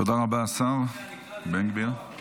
תודה רבה, השר בן גביר.